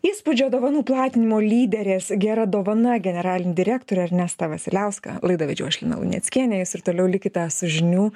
įspūdžio dovanų platinimo lyderės gera dovana generalinį direktorių ernestą vasiliauską laidą vedžiau aš lina luneckienė jūs ir toliau likite su žinių